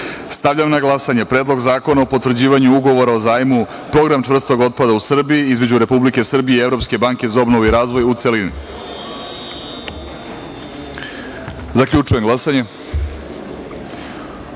zakona. Stavljam na glasanje, Predlog zakona o potvrđivanju Ugovora o zajmu Program čvrstog otpada u Srbiji, između Republike Srbije i Evropske banke za obnovu i razvoj, u celini. Zaključujem glasanje: